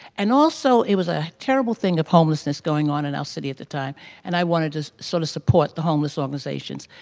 and also it was a terrible thing of homelessness going on in our city at the time and i wanted to sort of support the homeless organizations.